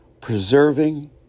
preserving